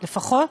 לפחות.